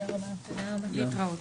הישיבה נעולה.